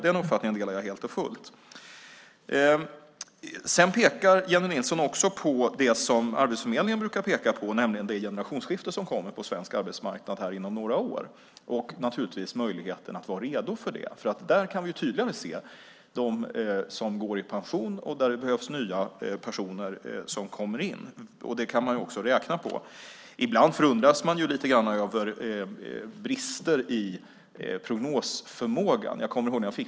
Den uppfattningen delar jag helt och fullt med Jennie Nilsson. Jennie Nilsson pekar också på det som Arbetsförmedlingen brukar peka på, nämligen det generationsskifte som kommer på svensk arbetsmarknad om några år och naturligtvis möjligheten att vara redo för det. Där kan vi ju tydligare se vilka som går i pension och var det behövs nya personer som kommer in. Det kan man också räkna på. Ibland förundras man dock lite grann över brister i prognosförmågan.